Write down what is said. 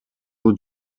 бул